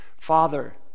Father